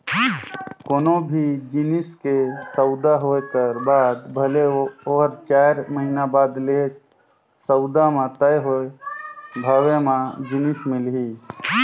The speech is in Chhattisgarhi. कोनो भी जिनिस के सउदा होए कर बाद भले ओहर चाएर महिना बाद लेहे, सउदा म तय होए भावे म जिनिस मिलही